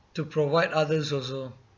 to provide others also